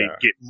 get